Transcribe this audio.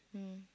mm